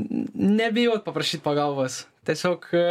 nebijot paprašyt pagalbos tiesiog